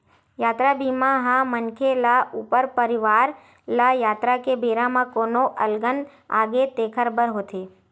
यातरा बीमा ह मनखे ल ऊखर परवार ल यातरा के बेरा म कोनो अलगन आगे तेखर बर होथे